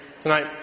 tonight